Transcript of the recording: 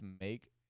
make